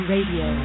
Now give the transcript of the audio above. Radio